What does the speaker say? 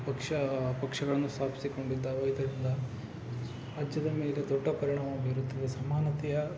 ಆ ಪಕ್ಷ ಪಕ್ಷಗಳನ್ನು ಸ್ಥಾಪಿಸಿಕೊಂಡಿದ್ದಾವೆ ಇದರಿಂದ ರಾಜ್ಯದ ಮೇಲೆ ದೊಡ್ಡ ಪರಿಣಾಮ ಬೀರುತ್ತಿದೆ ಸಮಾನತೆಯ